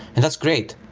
and that's great.